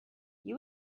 you